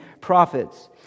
prophets